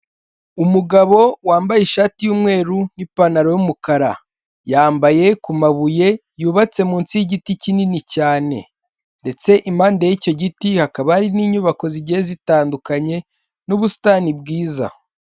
umugabo wambaye ishati y'umweru n'ipantaro y'umukara yambaye ku mabuye yubatse munsi yigiti kinini cyane ndetse impande yicyo giti hakaba hari n'inyubako zigiye zitandukanye n'ubusitani bwiza.